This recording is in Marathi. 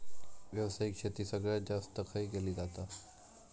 व्यावसायिक शेती सगळ्यात जास्त खय केली जाता?